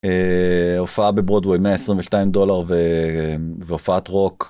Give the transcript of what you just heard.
הופעה בברודוויי, 122 דולר ו... והופעת רוק.